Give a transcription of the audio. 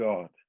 God